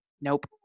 nope